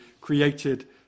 created